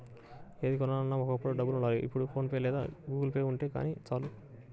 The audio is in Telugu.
ఏది కొనాలన్నా ఒకప్పుడు డబ్బులుండాలి ఇప్పుడు ఫోన్ పే లేదా గుగుల్పే గానీ ఉంటే చాలు